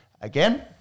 Again